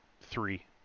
three